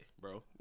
bro